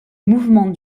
mouvements